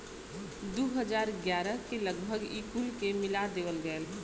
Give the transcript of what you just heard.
दू हज़ार ग्यारह के लगभग ई कुल के मिला देवल गएल